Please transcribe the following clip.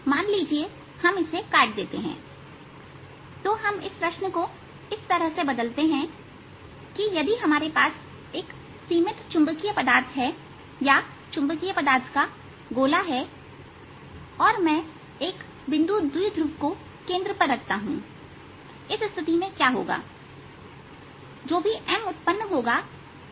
मान लीजिए हम इसे काट देते हैं तो हम इस प्रश्न को इस तरह बदलते हैं कि यदि हमारे पास एक सीमित चुंबकीय पदार्थ है या चुंबकीय पदार्थ का गोला है और मैं एक बिंदु द्विध्रुव को केंद्र पर रखता हूं इस स्थिति में क्या होगा कि जो भी M उत्पन्न होता है